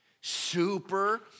super